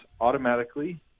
automatically